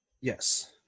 yes